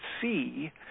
see